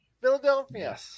Philadelphia